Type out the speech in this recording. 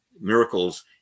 miracles